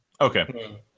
Okay